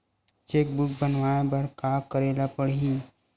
Cheque book बनवाय बर का करे ल पड़हि?